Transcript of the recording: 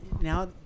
Now